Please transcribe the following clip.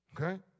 Okay